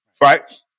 right